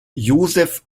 josef